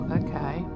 okay